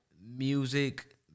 music